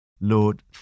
Lord